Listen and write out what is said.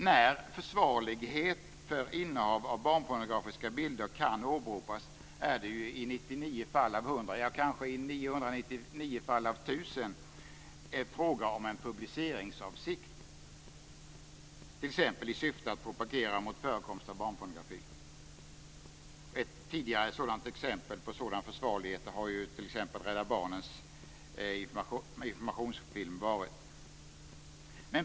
När försvarlighet för innehav av barnpornografiska bilder kan åberopas är det ju i 99 fall av 100 - ja, kanske i 999 fall av 1 000 - fråga om en publiceringsavsikt, t.ex. i syfte att propagera mot förekomst av barnpornografi. Ett tidigare exempel på sådan försvarlighet har t.ex. Rädda Barnens informationsfilm varit.